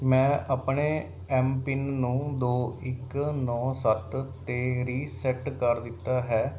ਮੈਂ ਆਪਣੇ M PIN ਨੂੰ ਦੋੋ ਇੱਕ ਨੌਂ ਸੱਤ 'ਤੇ ਰੀਸੈੱਟ ਕਰ ਦਿੱਤਾ ਹੈ